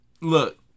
look